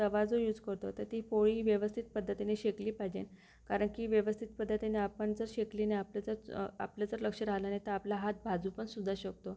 तवा जो यूज करतो तर ती पोळी व्यवस्थित पद्धतीने शेकली पाहिजेन कारण की व्यवस्थित पद्धतीने आपण जर शेकली नाही आपलं जर आपलं जर लक्ष राहिलं नाही तर आपला हात भाजूनपणसुद्धा शकतो